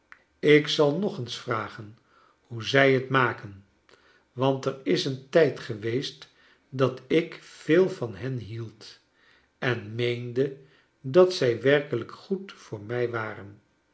ik zal nog eens vragen hoe zij t maken want er is een tijd geweest dat ik veel van hen hield en meende dat zij werkelijk goed voor mij waren